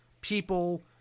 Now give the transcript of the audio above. people